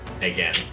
again